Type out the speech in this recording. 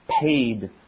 paid